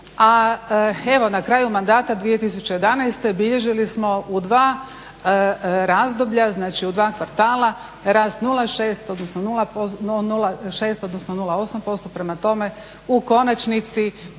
a evo na kraju mandata 2011. bilježili smo u dva razdoblja, znači u dva kvartala rast 0,6 odnosno 0,8%. Prema tome, u konačnici